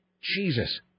Jesus